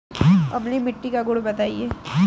अम्लीय मिट्टी का गुण बताइये